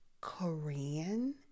Korean